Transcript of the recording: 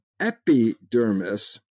Epidermis